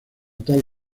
tal